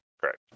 Correct